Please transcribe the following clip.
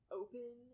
open